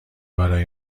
برای